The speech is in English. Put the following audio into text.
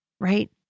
right